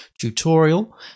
tutorial